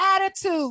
attitude